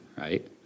right